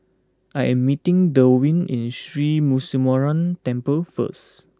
I am meeting Delwin at Sri Muneeswaran Temple first